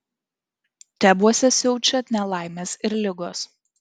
tebuose siaučia nelaimės ir ligos